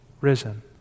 risen